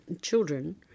children